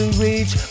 reach